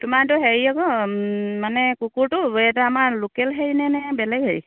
তোমাৰ এইটো হেৰি আকৌ মানে কুকুৰটো এইটো আমাৰ লোকেল হেৰিনে নে বেলেগ হেৰি